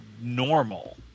normal